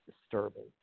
disturbing